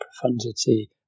profundity